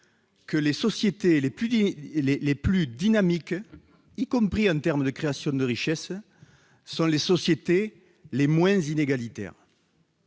les sociétés les plus dynamiques, y compris en termes de création de richesses, sont celles qui sont le moins inégalitaires.